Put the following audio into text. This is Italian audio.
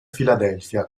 filadelfia